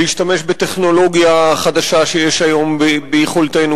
להשתמש בטכנולוגיה חדשה שיש היום ביכולתנו,